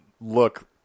look